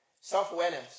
self-awareness